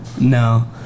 no